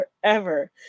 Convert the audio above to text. forever